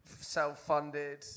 Self-funded